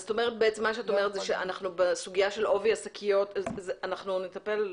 מה שאת אומרת, בסוגיה של עובי השקיות, אנחנו נטפל.